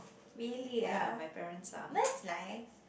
Milia that's nice